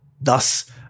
Thus